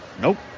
nope